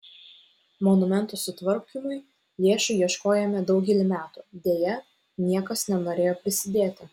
monumento sutvarkymui lėšų ieškojome daugelį metų deja niekas nenorėjo prisidėti